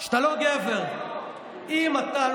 שאתה לא